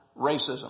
racism